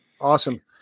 awesome